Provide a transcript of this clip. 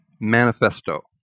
Manifesto